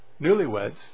newlyweds